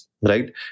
right